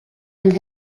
and